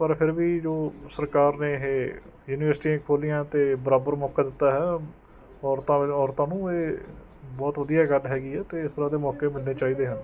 ਪਰ ਫਿਰ ਵੀ ਜੋ ਸਰਕਾਰ ਨੇ ਇਹ ਯੂਨੀਵਰਸਿਟੀਆਂ ਖੋਲੀਆਂ ਅਤੇ ਬਰਾਬਰ ਮੌਕਾ ਦਿੱਤਾ ਹੈ ਔਰਤਾਂ ਔਰਤਾਂ ਨੂੰ ਇਹ ਬਹੁਤ ਵਧੀਆ ਗੱਲ ਹੈਗੀ ਏ ਅਤੇ ਇਸ ਤਰ੍ਹਾਂ ਦੇ ਮੌਕੇ ਮਿਲਣੇ ਚਾਹੀਦੇ ਹਨ